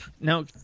now